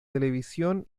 televisión